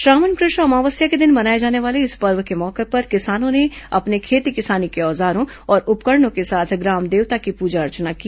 श्रावण कृष्ण अमावस्या के दिन मनाए जाने वाले इस पर्व के मौके पर किसानों ने अपने खेती किसानी के औजारों और उपकरणों के साथ ग्राम देवता की पूजा अर्चना की